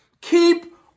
Keep